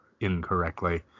incorrectly